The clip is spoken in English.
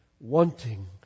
wanting